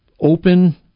open